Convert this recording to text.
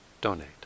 donate